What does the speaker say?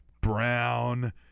brown